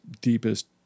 deepest